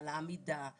על העמידה בהם,